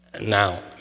Now